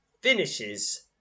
finishes